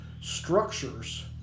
structures